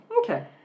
Okay